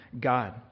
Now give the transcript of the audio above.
God